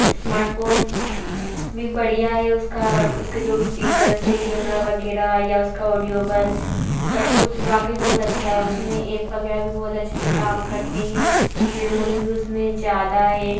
smartphone भी बढ़िया है उसका उसके जो भी फ़ीचर्स है कैमरा वगैरह या उसका ऑडियो मोबाइल सब कुछ बाकी बहुत अच्छा है उसमें एप वगैरह भी बहुत अच्छे से काम करते हैं मेमोरी भी उसमें ज़्यादा है